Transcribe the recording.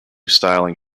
styling